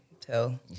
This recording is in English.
tell